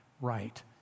right